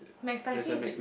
McSpicy is